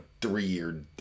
three-year